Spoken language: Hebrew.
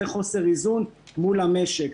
זה חוסר איזון מול המשק.